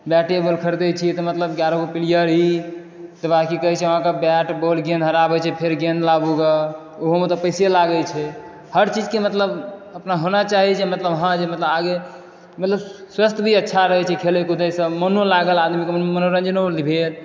बैटे ball खरदै छियै मतलब ग्यारह गो प्लेअर ई तेकर बाद की कहै छै अहाँके बैट बॉल गेंद हराबै छै फेर गेंद लाबू ओहोमे तऽ पैसे लागै छै हर चीज के मतलब अपना होना चाही जे मतलब हँ जे मतलब आगे मतलब स्वास्थ्य भी अच्छा रहै छै खेलय कूदय सॅं मोनो लागल आदमी मनोरञ्जनो भेल